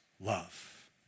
love